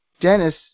Dennis